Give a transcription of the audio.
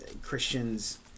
Christians